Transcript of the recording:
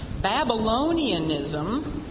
Babylonianism